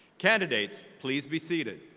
candidates, please be seated.